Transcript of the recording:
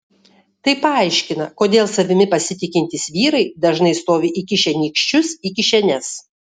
tai paaiškina kodėl savimi pasitikintys vyrai dažnai stovi įkišę nykščius į kišenes